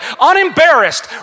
unembarrassed